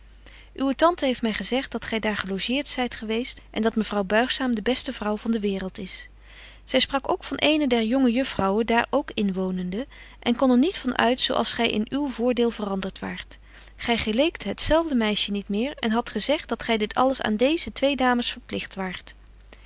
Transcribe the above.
uwe tante heeft my gezegt dat gy daar gelogeert zyt geweest en dat mevrouw buigzaam de beste vrouw van de waereld is zy sprak ook van eene der jonge juffrouwen daar ook inwonende en kon er niet van uit zo als gy in uw voordeel verandert waart gy geleekt het zelfde meisje niet meer en hadt gezegt betje wolff en aagje deken historie van mejuffrouw sara burgerhart dat gy dit alles aan deeze twee dames verpligt waart